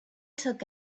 took